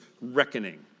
reckoning